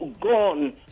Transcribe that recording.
gone